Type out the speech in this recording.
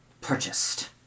purchased